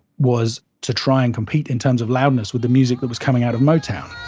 was to try and compete in terms of loudness with the music that was coming out of motown